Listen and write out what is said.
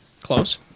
Close